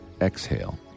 exhale